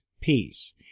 peace